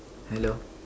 hello